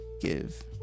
give